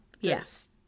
yes